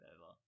over